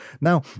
Now